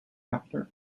after